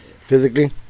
Physically